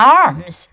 arms